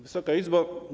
Wysoka Izbo!